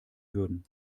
würden